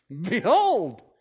Behold